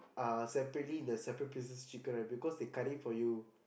uh separately in the separate pieces chicken right because they cut it for you